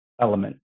element